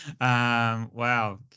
Wow